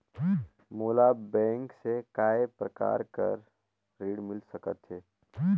मोला बैंक से काय प्रकार कर ऋण मिल सकथे?